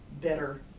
better